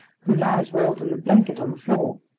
who lies rolled in a blanket on the floor.